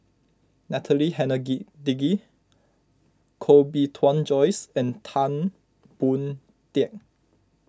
Natalie Koh Bee Tuan Joyce and Tan Boon Teik